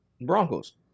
Broncos